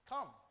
come